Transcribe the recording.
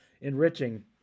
enriching